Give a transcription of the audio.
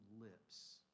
lips